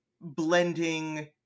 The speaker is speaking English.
blending